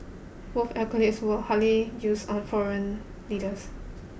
both accolades were hardly used on foreign leaders